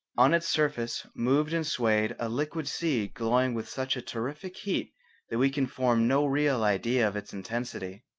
on its surface moved and swayed a liquid sea glowing with such a terrific heat that we can form no real idea of its intensity.